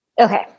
Okay